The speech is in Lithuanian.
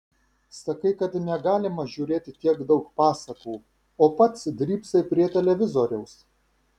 sakai kad negalima žiūrėti tiek daug pasakų o pats drybsai prie televizoriaus